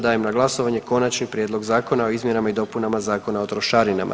Dajem na glasovanje Konačni prijedlog Zakona o izmjenama i dopunama Zakona o trošarinama.